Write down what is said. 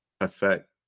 affect